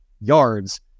yards